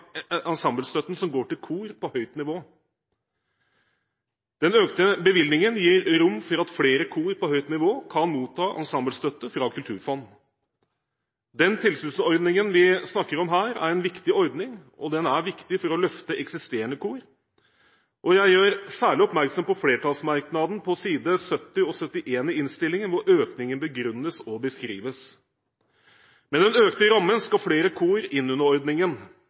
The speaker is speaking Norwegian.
ensemblestøtten som går til kor på høyt nivå. Den økte bevilgningen gir rom for at flere kor på høyt nivå kan motta ensemblestøtte fra Kulturfondet. Den tilskuddsordningen vi snakker om her, er en viktig ordning, og den er viktig for å løfte eksisterende kor. Jeg gjør særlig oppmerksom på flertallsmerknaden på sidene 70 og 71 i innstillingen, hvor økningen begrunnes og beskrives. Med den økte rammen skal flere kor inn under ordningen.